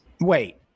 wait